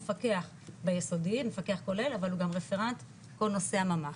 מפקח ביסודי מפקח כולל אבל הוא גם רפרנט כל נושא הממ"ח.